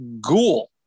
ghoul